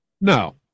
No